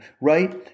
right